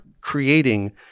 creating